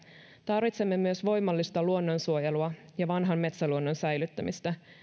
tarvitsemme myös voimallista luonnonsuojelua ja vanhan metsäluonnon säilyttämistä